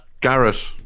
Garrett